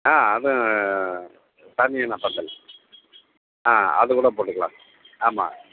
ஆ அதுவும் ஸ்டாமியினாப்பந்தல் ஆ அதுக் கூட போட்டுக்கலாம் ஆமாம்